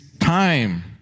Time